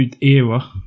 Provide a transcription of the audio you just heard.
era